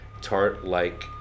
tart-like